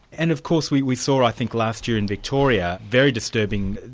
and of course we we saw i think last year in victoria, very disturbing,